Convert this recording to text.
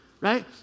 right